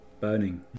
burning